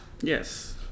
Yes